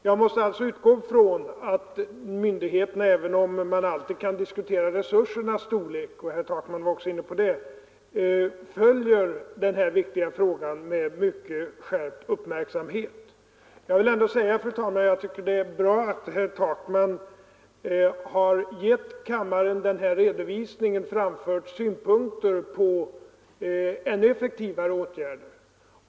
Jag måste alltså utgå från att myndigheterna, även om man alltid kan diskutera resursernas storlek — herr Takman var också inne på det — följer denna viktiga fråga med mycket skärpt uppmärksamhet. Jag vill, fru talman, säga att det är bra att herr Takman har gett kammaren denna redovisning och framfört synpunkter på ännu effektivare åtgärder.